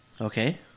Okay